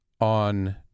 on